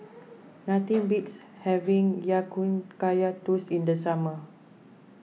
nothing beats having Ya Kun Kaya Toast in the summer